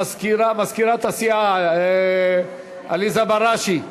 מזכירת הסיעה עליזה בראשי,